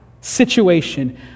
situation